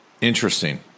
interesting